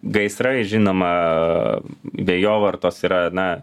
gaisrai žinoma vėjovartos yra na